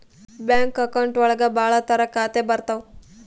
bank account ಒಳಗ ಭಾಳ ತರ ಖಾತೆ ಬರ್ತಾವ್